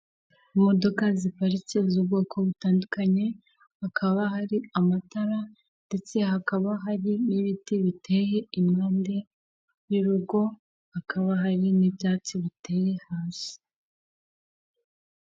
Nkuko mubibona amakaro y'aho aracyeye, inzugi nziza ziriho ibirango ndetse zisa amabara y'ubururu, hariya mu imbere hari ikintu gikonjesha harimo ibikombe, ijage y'icyatsi, amajerekani meza azanwamo amazi yo kunywa acyeye Kandi anogeye buri muntu wese iyo aya nyoye aba yumva ameze neza ,akira umutwe cyane iyo awurwaye cyangwa akoze impyiko.